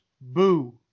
boo